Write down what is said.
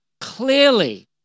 clearly